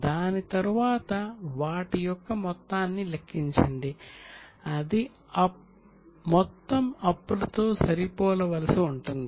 దాని తరువాత వాటి యొక్క మొత్తాన్ని లెక్కించండి అది మొత్తం అప్పులతో సరిపోలవలసి ఉంటుంది